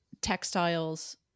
textiles